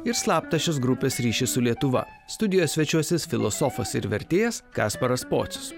ir slaptą šios grupės ryšį su lietuva studijoje svečiuosis filosofas ir vertėjas kasparas pocius